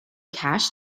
cash